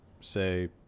say